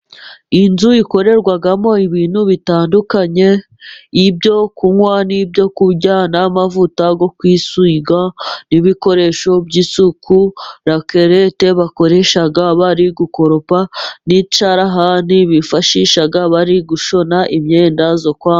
Inzu ikorerwamo ibintu bitandukanye; ibyo kunywa, n'ibyo ku kurya, n'amavuta yo kwisiga n'ibikoresho by'isuku, rakerete bakoresha bari gukoropa, n'icyarahani bifashisha bari gushona imyenda yo kwambara.